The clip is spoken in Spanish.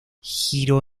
giro